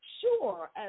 Sure